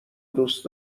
دوست